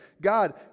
God